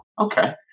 okay